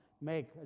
Make